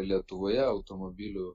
lietuvoje automobilių